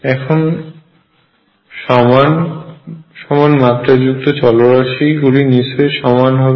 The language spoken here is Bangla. এখন সমান মাত্রাযুক্ত চলরাশি গুলি নিশ্চয়ই সমান হবে